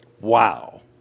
Wow